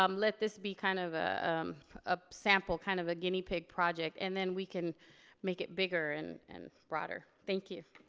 um let this be kind of a sample, kind of a guinea pig project and then we can make it bigger and and broader. thank you.